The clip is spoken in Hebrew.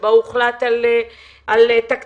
שבה הוחלט על תקציב,